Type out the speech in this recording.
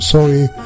Sorry